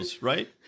right